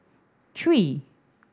three